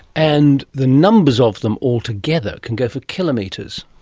and the numbers of them all together can go for kilometres.